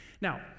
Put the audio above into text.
Now